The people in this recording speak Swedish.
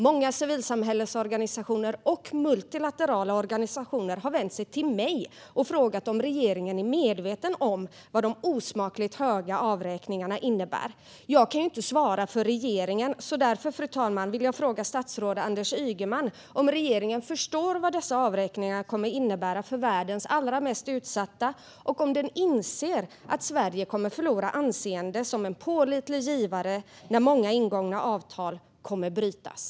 Många civilsamhällesorganisationer och multilaterala organisationer har vänt sig till mig och frågat om regeringen är medveten om vad de osmakligt höga avräkningarna innebär. Jag kan ju inte svara för regeringen så därför, fru talman, vill jag fråga statsrådet Anders Ygeman om regeringen förstår vad dessa avräkningar kommer att innebära för världens allra mest utsatta och om man inser att Sverige kommer att förlora anseende som en pålitlig givare när många ingångna avtal kommer att brytas.